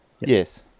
Yes